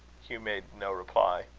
hugh made no reply.